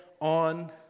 on